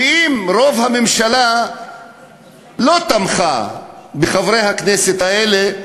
ואם רוב הממשלה לא תמכה בחברי הכנסת האלה,